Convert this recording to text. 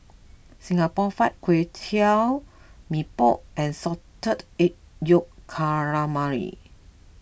Singapore Fried Kway Tiao Mee Pok and Salted Egg Yolk Calamari